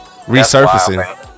Resurfacing